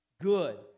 good